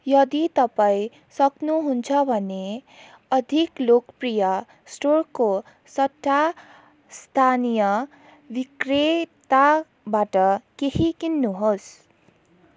यदि तपाईँ सक्नुहुन्छ भने अधिक लोकप्रिय स्टोरको सट्टा स्थानीय बिक्रेताबाट केही किन्नुहोस्